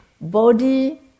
body